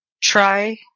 try